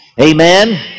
Amen